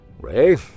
Ray